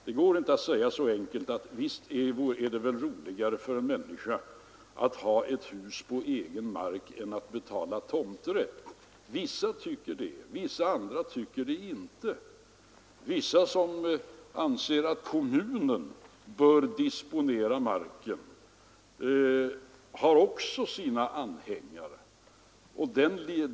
Det går inte att göra det så enkelt att man säger: Visst är det väl roligare för en människa att ha ett hus på egen mark än att betala tomträtt. Vissa tycker det, vissa andra tycker det inte. De som anser att kommunen bör disponera marken har också sina anhängare.